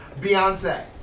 Beyonce